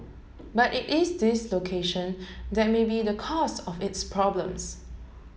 but it is this location that may be the cause of its problems